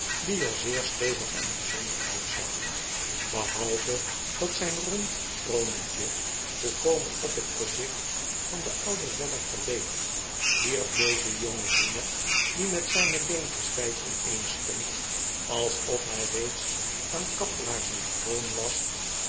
die er zeer stevig en gezond uitzag behalve dat zijnrond tronietje volkomen op hetgezicht van den ouden weller geleek wierp deze jongeheer die met zijne beentjes wjjd vaneen stond alsof hij reeds aan kaplaarzen gewoon was